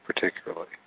particularly